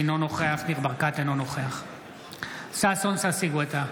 אינו נוכח ניר ברקת, אינו נוכח ששון ששי גואטה,